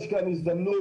יש כאן הזדמנות,